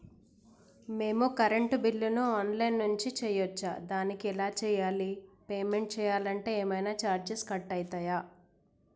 మేము కరెంటు బిల్లును online నుంచి చేయచ్చా? దానికి ఎలా చేయాలి? పేమెంట్ చేయాలంటే ఏమైనా చార్జెస్ కట్ అయితయా?